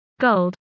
gold